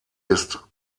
ist